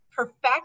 Perfect